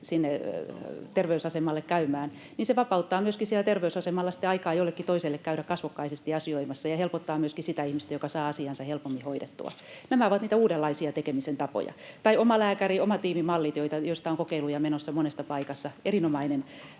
lähtee terveysasemalle käymään, niin se vapauttaa myöskin siellä terveysasemalla sitten aikaa jollekin toiselle käydä kasvokkaisesti asioimassa ja helpottaa myöskin sitä ihmistä, joka saa asiansa helpommin hoidettua. Nämä ovat niitä uudenlaisia tekemisen tapoja. Tai omalääkäri- ja omatiimimallit, joista on kokeiluja menossa monessa paikassa, ovat erinomainen